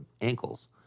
ankles